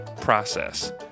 process